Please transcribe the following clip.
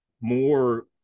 More